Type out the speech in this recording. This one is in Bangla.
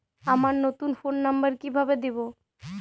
আমার নতুন ফোন নাম্বার কিভাবে দিবো?